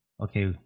okay